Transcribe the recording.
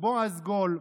בועז גול,